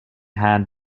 had